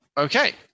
Okay